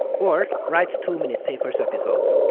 or, writes two minute papers episodes.